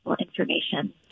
information